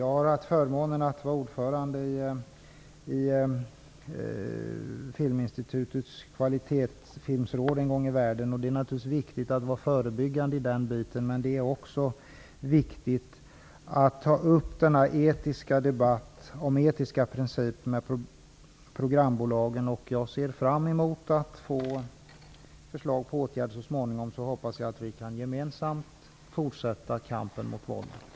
Jag har haft förmånen att en gång i tiden vara ordförande i Filminstitutets kvalitetsfilmråd. Det är naturligtvis viktigt att vara förebyggande, men det är också viktigt att ta upp debatten om etiska principer med programbolagen. Jag ser fram emot att få förslag på åtgärder så småningom. Jag hoppas att vi gemensamt kan fortsätta kampen mot våldet.